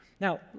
Now